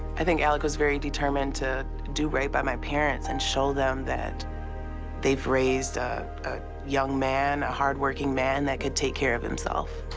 i think alec was very determined to do right by my parents and show them that they've raised a young man, a hard-working man that could take care of himself.